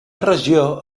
regió